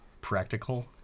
practical